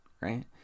right